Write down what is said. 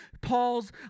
Paul's